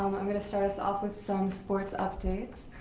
i'm gonna start us off with some sports updates.